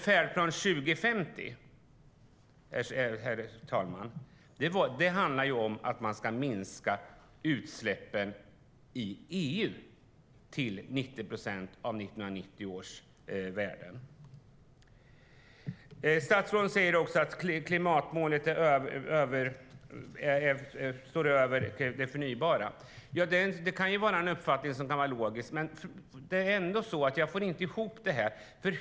Färdplan 2050, herr talman, handlar om att man ska minska utsläppen i EU till 90 procent av 1990 års värden. Statsrådet säger också att klimatmålet står över det förnybara. Det kan vara en logisk uppfattning, men ändå får jag inte ihop det här.